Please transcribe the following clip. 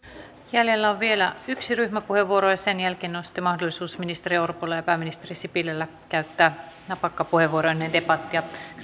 jäljellä on vielä yksi ryhmäpuheenvuoro ja sen jälkeen on sitten mahdollisuus ministeri orpolla ja pääministeri sipilällä käyttää napakka puheenvuoro ennen debattia